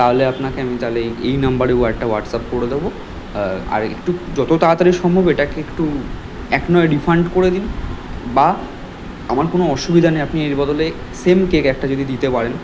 তাহলে আপনাকে আমি তাহলে এই এই নাম্বারে একটা হোয়াটসঅ্যাপ করে দেবো আর একটু যত তাড়াতাড়ি সম্ভব এটাকে একটু এক নয় রিফান্ড করে দিন বা আমার কোনো অসুবিধা নেই আপনি এর বদলে সেম কেক একটা যদি দিতে পারেন